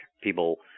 people